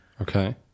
Okay